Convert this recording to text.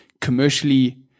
commercially